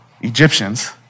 Egyptians